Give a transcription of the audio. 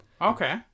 Okay